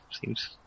seems